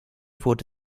wurde